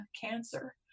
cancer